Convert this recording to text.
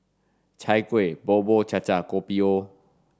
chai kueh bubur cha cha and kopi o